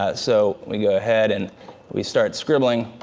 ah so, we go ahead, and we start scribbling.